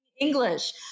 English